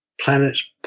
planets